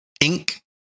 Ink